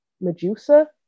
Medusa